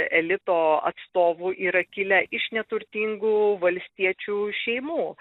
elito atstovų yra kilę iš neturtingų valstiečių šeimų